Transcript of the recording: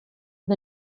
the